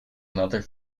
another